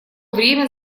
время